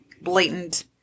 blatant